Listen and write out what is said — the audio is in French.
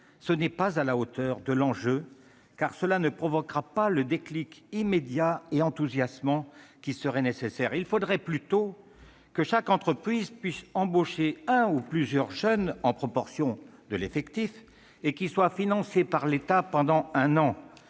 Ce n'est pas à la hauteur de l'enjeu. Cela ne provoquera pas le déclic immédiat et enthousiasmant qui serait nécessaire. Il faudrait plutôt que chaque entreprise puisse embaucher un ou plusieurs jeunes, à proportion de son effectif, avec un financement de l'État pendant un an.